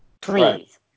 please